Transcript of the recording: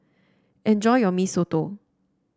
enjoy your Mee Soto